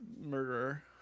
murderer